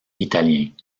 italien